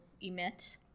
emit